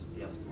yes